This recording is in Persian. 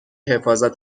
حفاظت